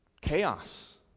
chaos